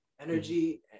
Energy